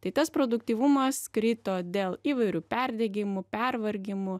tai tas produktyvumas krito dėl įvairių perdegimų pervargimų